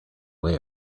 way